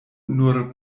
nur